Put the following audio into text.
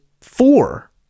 four